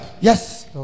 Yes